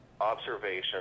observation